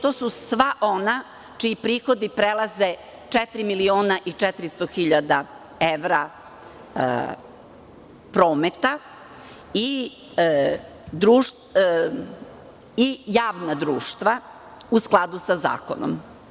To su sva ona preduzeća čiji prihodi prelaze četiri miliona i 400.000 evra prometa i javna društva u skladu sa zakonom.